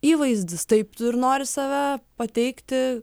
įvaizdis taip tu ir nori save pateikti